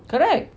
correct